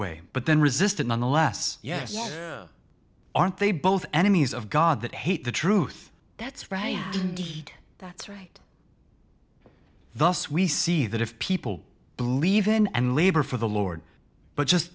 way but then resisted nonetheless yes aren't they both enemies of god that hate the truth that's right didn't he that's right thus we see that if people believe in and labor for the lord but just